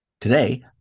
Today